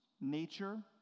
nature